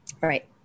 right